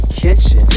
kitchen